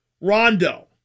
Rondo